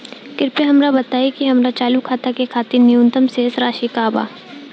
कृपया हमरा बताइ कि हमार चालू खाता के खातिर न्यूनतम शेष राशि का बा